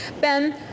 ben